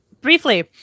Briefly